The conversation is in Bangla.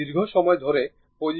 সুতরাং এটি v0 0 ভোল্ট